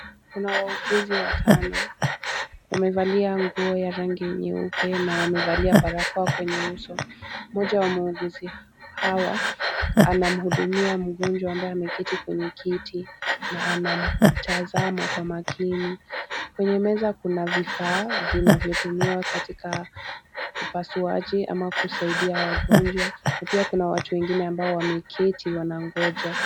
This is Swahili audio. Kuna wauguzi watano, wamevalia nguo ya rangi nyeupe na wamevalia barakoa kwenye uso. Mmoja wa wauguzi hawa anamhudumia mgonjwa ambaye ameketi kwenye kiti na anamtazama kwa makini. Kwenye meza kuna vifaa vinavyotumiwa katika upasuaji ama kusaidia wagonjwa. Na pia kuna watu wengine ambao wameketi wanangoja.